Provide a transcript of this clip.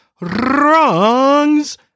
wrongs